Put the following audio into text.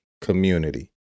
community